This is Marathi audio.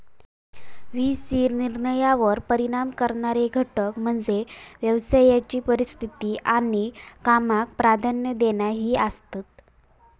व्ही सी निर्णयांवर परिणाम करणारे घटक म्हणजे व्यवसायाची परिस्थिती आणि कामाक प्राधान्य देणा ही आसात